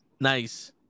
Nice